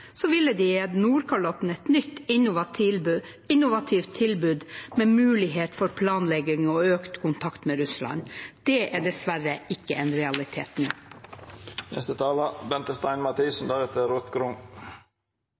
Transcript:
ville det gitt Nordkalotten et nytt, innovativt tilbud med mulighet for planlegging og økt kontakt med Russland. Det er dessverre ikke en realitet